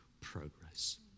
progress